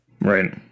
right